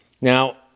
Now